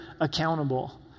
accountable